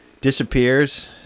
disappears